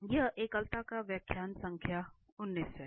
तो यह एकलता पर व्याख्यान संख्या 19 है